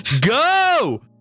Go